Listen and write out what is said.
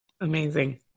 Amazing